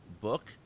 book